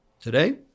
Today